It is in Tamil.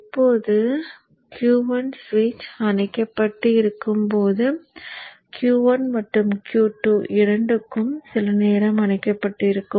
இப்போது Q1 ஸ்விட்ச் அணைக்கப்பட்டு இருக்கும்போது Q1 மற்றும் Q2 இரண்டும் சில நேரம் அணைக்கப்பட்டிருக்கும்